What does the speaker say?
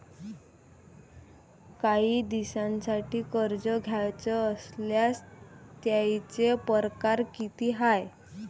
कायी दिसांसाठी कर्ज घ्याचं असल्यास त्यायचे परकार किती हाय?